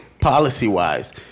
policy-wise